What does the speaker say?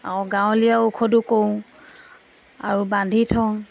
অঁ গাঁৱলীয়া ঔষধো কৰোঁ আৰু বান্ধি থওঁ